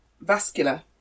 Vascular